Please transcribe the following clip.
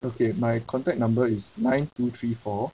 okay my contact number is nine two three four